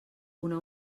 una